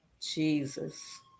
Jesus